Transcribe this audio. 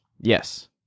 Yes